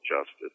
justice